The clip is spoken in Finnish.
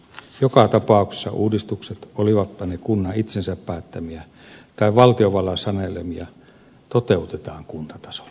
joka tapauksessa uudistukset olivatpa ne kunnan itsensä päättämiä tai valtiovallan sanelemia toteutetaan kuntatasolla